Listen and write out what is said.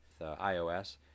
iOS